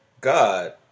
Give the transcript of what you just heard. God